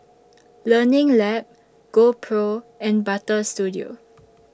Learning Lab GoPro and Butter Studio